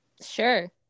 Sure